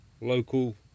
local